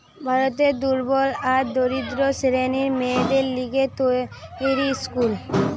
ভারতের দুর্বল আর দরিদ্র শ্রেণীর মেয়েদের লিগে তৈরী স্কুল